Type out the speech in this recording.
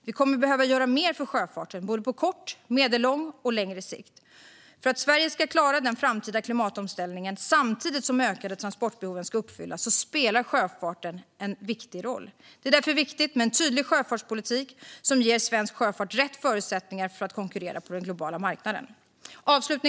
Vi kommer att behöva göra mer för sjöfarten på kort, medellång och längre sikt. För att Sverige ska klara den framtida klimatomställningen samtidigt som de ökande transportbehoven ska uppfyllas spelar sjöfarten en viktig roll. Det är därför viktigt med en tydlig sjöfartspolitik som ger svensk sjöfart rätt förutsättningar för att konkurrera på den globala marknaden. Fru talman!